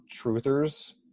truthers